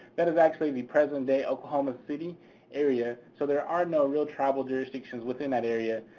that is actually the present day oklahoma city area, so there are no real tribal jurisdictions within that area.